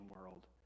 world